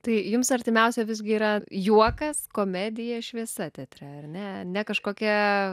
tai jums artimiausia visgi yra juokas komedija šviesa teatre ar ne ne kažkokia